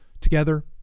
together